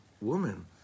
woman